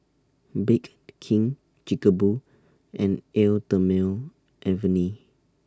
Bake King Chic Boo and Eau Thermale Avene